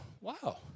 wow